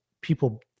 people